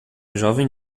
jovem